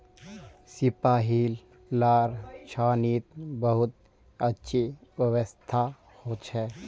सिपाहि लार छावनीत बहुत अच्छी व्यवस्था हो छे